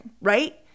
right